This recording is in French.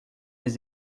les